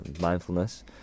mindfulness